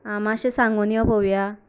आं मातशें सांगून यो पळोवया